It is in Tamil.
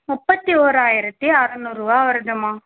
முப்பத்து ஓராயிரத்து அறநூறுரூவா வருதும்மா